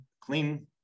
clean